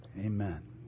Amen